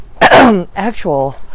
actual